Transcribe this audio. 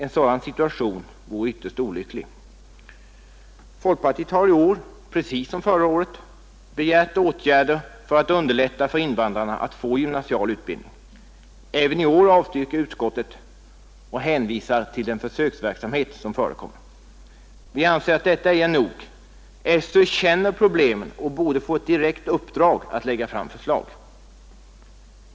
En sådan situation vore ytterst olycklig. Folkpartiet har i år precis som förra året begärt åtgärder för att underlätta för invandrarna att få gymnasial utbildning. Även i år avstyrker utskottet och hänvisar till den försöksverksamhet som förekommer. Vi anser att detta ej är nog. SÖ känner problemen och borde få ett direkt uppdrag att lägga fram förslag.